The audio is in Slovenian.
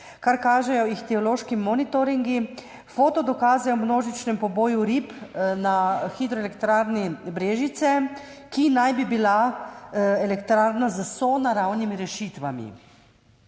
kar kažejo ihtiološki monitoringi, fotodokaze o množičnem poboju rib na hidroelektrarni Brežice, ki naj bi bila elektrarna s sonaravnimi rešitvami.